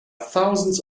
thousands